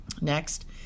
Next